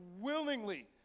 willingly